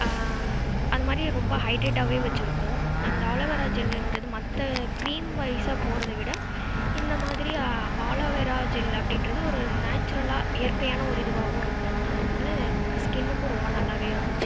அதுமாதிரி ரொம்ப ஹைட்ரேட்டாகவே வைச்சிருக்கும் அந்த ஆலோவேரா ஜெல்லுன்றது மற்ற கிரீம்வைசாக போகிறத விட இந்தமாதிரி ஆலோவேரா ஜெல் அப்படின்றது ஒரு நேச்சுரலாக இயற்கையான ஒரு இதுவாகவும் இருக்கும் ஸ்கின்னுக்கும் ரொம்ப நல்லா இருந்துச்சு